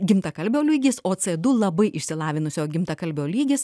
gimtakalbio lygis o c du labai išsilavinusio gimtakalbio lygis